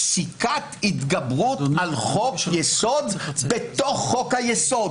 פסיקת התגברות על חוק-יסוד בתוך חוק-היסוד,